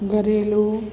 घरेलू